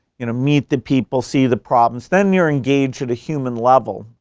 you know, meet the people, see the problems. then you're engaged at a human level.